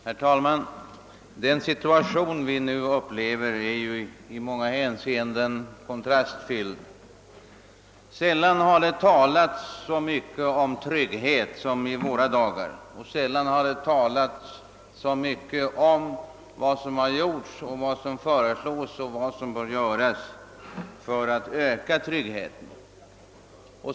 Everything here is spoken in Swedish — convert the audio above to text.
Herr talman! Den situation vi nu upplever är i många hänseenden kontrastfylld. Sällan har det talats så mycket om trygghet som i våra dagar och sällan har det talats så mycket om vad som gjorts, vad som föreslås och vad som bör göras för att öka tryggheten.